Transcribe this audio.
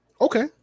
Okay